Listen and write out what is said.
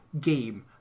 game